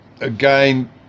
again